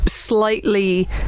slightly